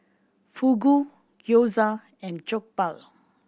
Fugu Gyoza and Jokbal